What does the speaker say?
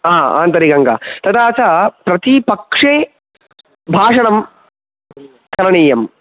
हा आन्तरिगङ्गा तदा च प्रति पक्षे भाषणं करणीयम्